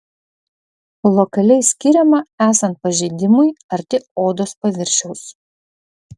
lokaliai skiriama esant pažeidimui arti odos paviršiaus